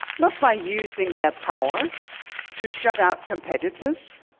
not by using their power to shut out competitors,